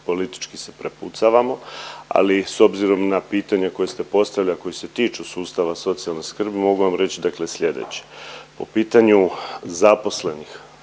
politički se prepucavamo ali s obzirom na pitanje koje ste postavili, a koje se tiču sustava socijalne skrbi mogu vam reći dakle slijedeće. Po pitanju zaposlenih